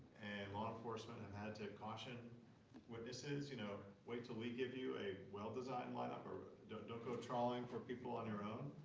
law enforcement have had to caution witnesses you know wait till we give you a well-designed lineup. or don't don't go trawling for people on your own.